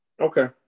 Okay